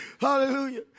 Hallelujah